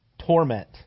Torment